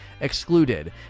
Excluded